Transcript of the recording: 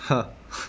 ha